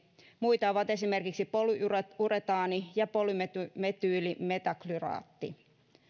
muita ovat esimerkiksi polyuretaani ja polymetyylimetaklyraatti